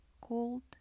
cold